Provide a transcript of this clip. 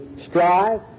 strive